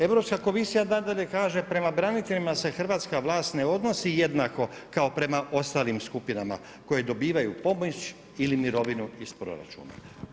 Europska komisija nadalje kaže, prema braniteljima se Hrvatska vlast ne odnosi jednako kao prema ostalim skupinama koje dobivaju pomoć ili mirovinu iz proračuna.